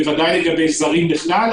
ודאי לגבי זרים בכלל,